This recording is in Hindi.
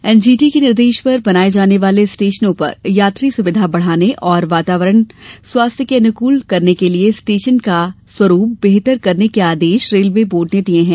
एनजीटी के निर्देश पर बनाये जाने वाले स्टेशनों पर यात्री सुबिधा बढ़ाने और वातावरण स्वास्थ्य के अनुकूल करने के लिये स्टेशन का स्वरूप बेहतर करने के आदेश रेलवे बोर्ड ने दिए हैं